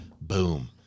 boom